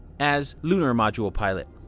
as lunar module pilot.